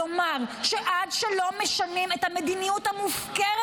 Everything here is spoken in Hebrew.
לומר שעד לא משנים את המדיניות המופקרת